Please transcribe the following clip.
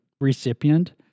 recipient